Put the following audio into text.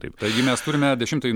taip taigi mes turime dešimtąjį